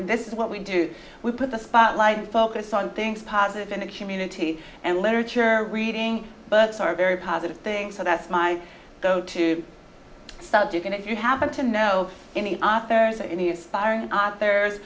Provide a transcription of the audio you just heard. and this is what we do we put the spotlight and focus on things positive in the community and literature reading books are a very positive thing so that's my go to subject and if you happen to know any authors or any aspiring authors